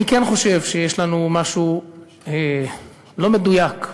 אני כן חושב שיש לנו משהו לא מדויק,